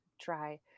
try